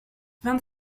vingt